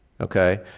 Okay